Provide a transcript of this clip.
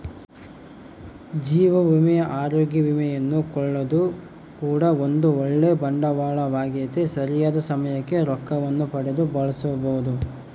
ಜೀವ ವಿಮೆ, ಅರೋಗ್ಯ ವಿಮೆಯನ್ನು ಕೊಳ್ಳೊದು ಕೂಡ ಒಂದು ಓಳ್ಳೆ ಬಂಡವಾಳವಾಗೆತೆ, ಸರಿಯಾದ ಸಮಯಕ್ಕೆ ರೊಕ್ಕವನ್ನು ಪಡೆದು ಬಳಸಬೊದು